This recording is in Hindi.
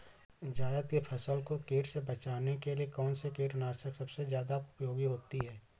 जायद की फसल को कीट से बचाने के लिए कौन से कीटनाशक सबसे ज्यादा उपयोगी होती है?